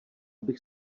bych